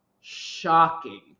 shocking